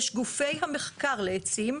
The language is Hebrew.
יש את גופי המחקר לעצים,